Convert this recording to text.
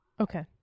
Okay